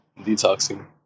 detoxing